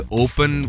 open